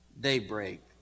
daybreak